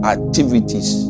Activities